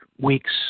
weeks